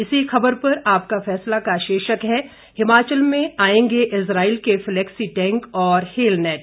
इसी खबर पर आपका फैसला का शीर्षक है हिमाचल में आएंगे इजराइल के फ्लैक्सी टैंक और हेलनेट